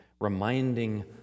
reminding